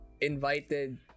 invited